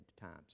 times